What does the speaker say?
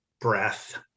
breath